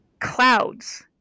clouds